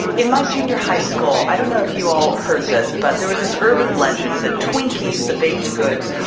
in my junior high school i don't know if you all heard this, but there was this urban legend that twinkies, the baked goods,